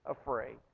afraid